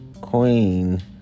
queen